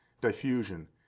diffusion